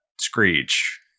screech